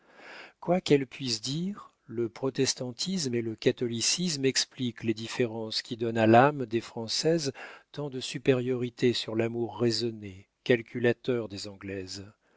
quoi qu'elles puissent dire le protestantisme et le catholicisme expliquent les différences qui donnent à l'âme des françaises tant de supériorité sur l'amour raisonné calculateur des anglaises